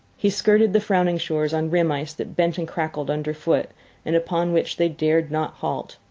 he skirted the frowning shores on rim ice that bent and crackled under foot and upon which they dared not halt.